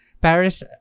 Paris